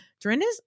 Dorinda's